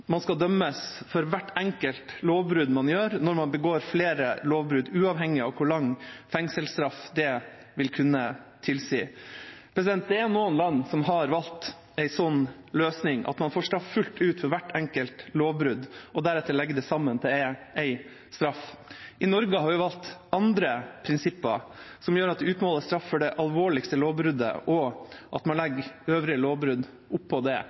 man skal dømmes for hvert enkelt lovbrudd man gjør, når man begår flere lovbrudd – uavhengig av hvor lang fengselsstraff det vil kunne tilsi. Det er noen land som har valgt en slik løsning, at man får straff fullt ut for hvert enkelt lovbrudd og deretter legger det sammen til én straff. I Norge har vi valgt andre prinsipper, som gjør at det utmåles straff for det alvorligste lovbruddet, og at man legger øvrige lovbrudd oppå det,